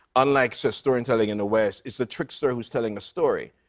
unlike so storytelling in the west, it's the trickster who's telling a story.